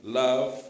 love